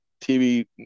TV